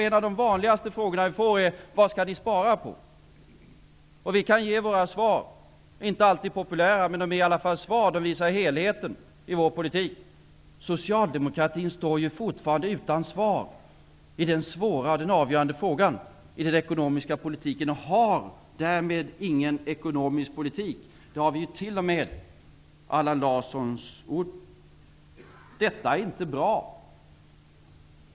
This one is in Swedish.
En av de vanligaste frågor vi får är var vi skall spara. Vi kan ge våra svar. De är inte alltid populära, men det är i alla fall svar. Det visar helheten i vår politik. Socialdemokraterna står ju fortfarande utan svar i den svåra och avgörande frågan i den ekonomiska politiken. Man har därmed ingen ekonomisk politik. Det har vi ju t.o.m. Allan Larssons ord på. Detta är inte bra.